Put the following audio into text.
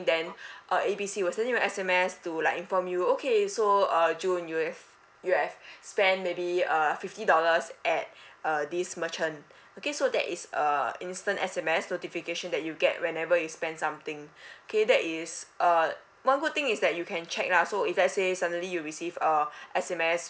then uh A B C will send you an S_M_S to like inform you okay so uh june you have you have spend maybe uh fifty dollars at uh this merchant okay so that is uh instant S_M_S notification that you get whenever you spend something okay that is uh one good thing is that you can check lah so if let's say suddenly you receive uh S_M_S